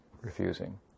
refusing